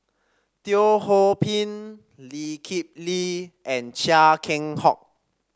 Teo Ho Pin Lee Kip Lee and Chia Keng Hock